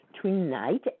tonight